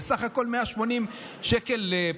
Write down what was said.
זה בסך הכול 180 שקל לשנה,